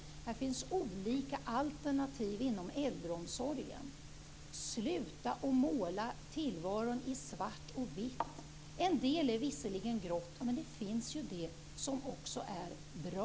Det finns olika alternativ inom äldreomsorgen. Sluta att måla tillvaron i svart och vitt! En del är visserligen grått, men det finns det som också är bra.